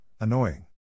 annoying